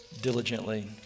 diligently